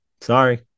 Sorry